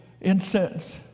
incense